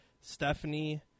Stephanie